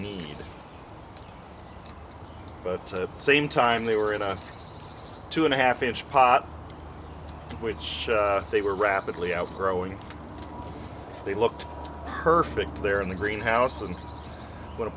need but the same time they were in a two and a half inch pot which they were rapidly outgrowing they looked perfect there in the greenhouse and what a